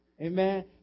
Amen